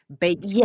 Baked